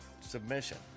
submission